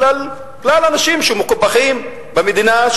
כלל האנשים שמקופחים במדינה,